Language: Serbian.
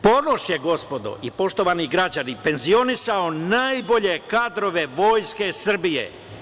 Ponoš je, gospodo i poštovani građani, penzionisao najbolje kadrove Vojske Srbije.